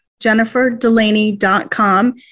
jenniferdelaney.com